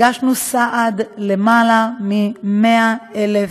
הגשנו סעד ליותר מ-100,000